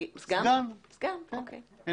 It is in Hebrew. אנחנו,